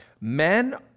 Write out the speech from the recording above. men